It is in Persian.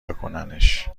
بکننش